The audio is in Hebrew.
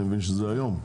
אני מבין שזה היום.